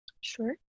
sure